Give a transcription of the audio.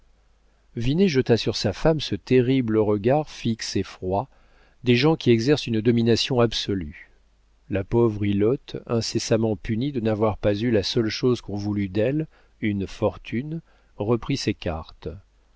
jeta sur sa femme ce terrible regard fixe et froid des gens qui exercent une domination absolue la pauvre ilote incessamment punie de n'avoir pas eu la seule chose qu'on voulût d'elle une fortune reprit ses cartes